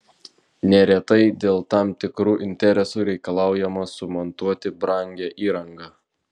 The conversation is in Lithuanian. neretai dėl tam tikrų interesų reikalaujama sumontuoti brangią įrangą